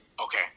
Okay